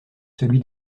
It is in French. celui